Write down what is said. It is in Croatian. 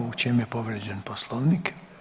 U čem je povrijeđen Poslovnik?